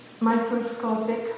microscopic